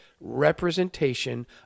representation